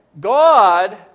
God